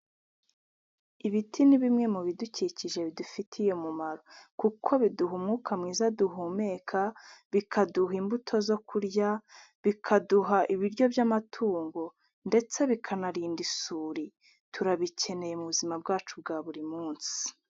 Ibiti ni bimwe mu bidukikije bidufitiye umumaro kuko biduha umwuka mwiza duhumeka, bikaduha imbuto zo kurya, bikaduha ibiryo by'amatungo ndetse bikanarinda isuri turabikeneye mu buzima bwacu bwa buri munsi.